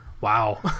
Wow